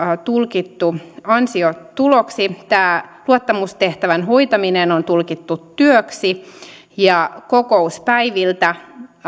tulkittu ansiotuloksi luottamustehtävän hoitaminen on tulkittu työksi ja kokouspäiviltä